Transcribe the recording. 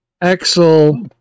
Axel